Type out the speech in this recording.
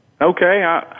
Okay